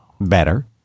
better